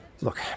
look